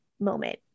moment